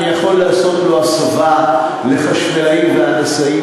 אני יכול לעשות לו הסבה לחשמלאי והנדסאי